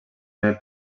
primer